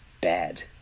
bad